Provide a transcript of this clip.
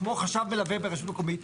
כמו חשב מלווה ברשות מקומית,